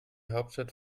hauptstadt